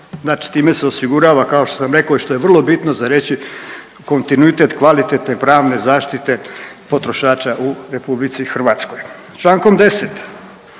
Znači time se osigurava kao što sam rekao i što je vrlo bitno za reći kontinuitet kvalitetne pravne zaštite potrošača u RH. Člankom 10.